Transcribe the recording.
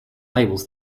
labels